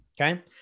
Okay